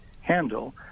handle